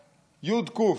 י"ק,